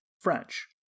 French